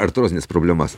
artrozines problemas